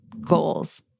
goals